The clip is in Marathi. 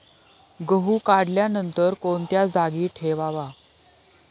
गहू काढल्यानंतर कोणत्या जागी ठेवावा?